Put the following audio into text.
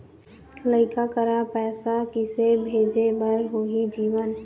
लइका करा पैसा किसे भेजे बार होही जीवन